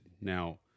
Now